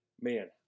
Man